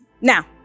Now